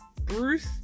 Bruce